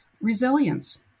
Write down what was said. Resilience